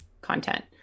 content